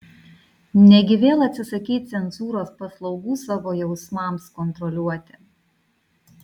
negi vėl atsisakei cenzūros paslaugų savo jausmams kontroliuoti